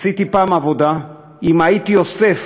עשיתי פעם עבודה, אם הייתי אוסף